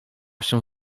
się